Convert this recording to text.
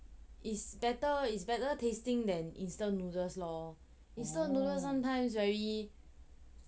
it's better tasting then instant noodles lor instant noodles sometime very